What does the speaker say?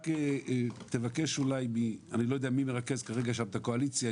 רק תבקש אולי אני לא יודע מי מרכז כרגע שם את הקואליציה,